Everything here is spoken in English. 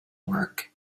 work